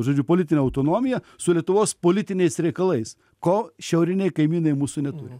žodžiu politine autonomija su lietuvos politiniais reikalais ko šiauriniai kaimynai mūsų neturi